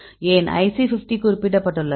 ஏன் IC 50 குறிப்பிடப்பட்டுள்ளது